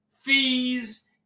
fees